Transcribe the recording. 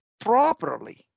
properly